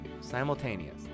Simultaneous